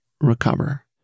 recover